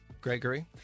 Gregory